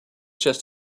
just